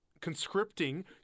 conscripting